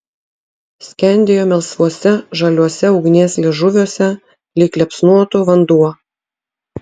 skendėjo melsvuose žaliuose ugnies liežuviuose lyg liepsnotų vanduo